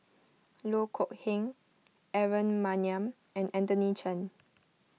Loh Kok Heng Aaron Maniam and Anthony Chen